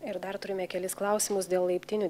ir dar turime kelis klausimus dėl laiptinių